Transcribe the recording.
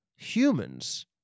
Humans